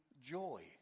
joy